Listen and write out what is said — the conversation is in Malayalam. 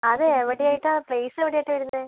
അത് എവിടെ ആയിട്ടാണ് പ്ലേസ് എവിടെ ആയിട്ടാണ് വരുന്നത്